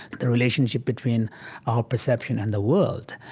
the relationship between our perception and the world,